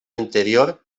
interior